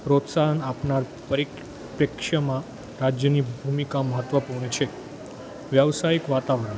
પ્રોત્સાહન આપનાર પ્રેક્ષ્યમાં રાજ્યની ભૂમિકા મહત્વપૂર્ણ છે વ્યવસાયિક વાતાવરણ